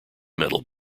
metal